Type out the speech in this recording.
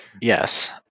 yes